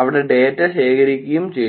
അവിടെ ഡാറ്റ ശേഖരിക്കുകയും ചെയ്തു